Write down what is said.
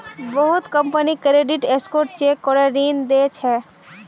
बहुत company credit score check करे ऋण दी छेक